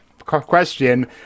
question